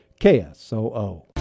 KSOO